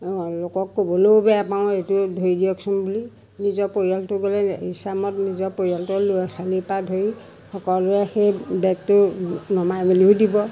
লোকক ক'বলৈও বেয়া পাওঁ এইটো ধৰি দিয়কচোন বুলি নিজৰ পৰিয়ালটো গ'লে ইচ্ছামতে নিজৰ পৰিয়ালটোৰ ল'ৰা ছোৱালীৰ পৰা ধৰি সকলোৱে সেই বেগটো নমাই মেলিও দিব